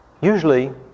usually